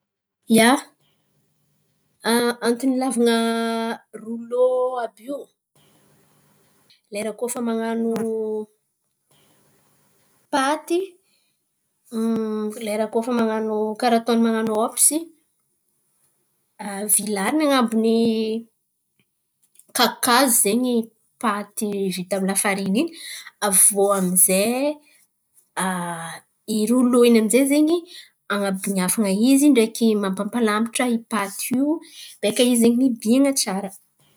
Ia, antony ilàvan̈a rolô àby io lera koa fa man̈ano paty. Lera koa fa man̈ano karà ataony man̈ano ôbsy vilarin̈y an̈abon'ny kakazo zen̈y paty vita amy lafariny iny. Aviô amy zay i rolô iny amy zay zen̈y an̈abian̈iafana izy ndreky mampapalamatra i paty io beka izy zen̈y mibian̈a tsara.